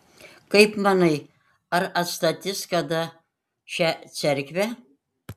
kaip manai ar atstatys kada šią cerkvę